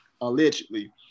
allegedly